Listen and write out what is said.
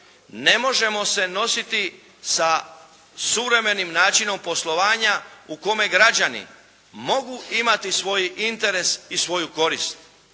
ne možemo se nositi sa suvremenim načinom poslovanja u kome građani mogu imati svoj interes i svoju korist.